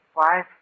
five